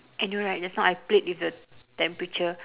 I know right just now I played with your temperature